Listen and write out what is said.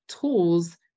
tools